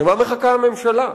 למה הממשלה מחכה?